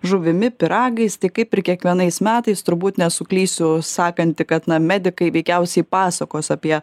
žuvimi pyragais tai kaip ir kiekvienais metais turbūt nesuklysiu sakanti kad na medikai veikiausiai pasakos apie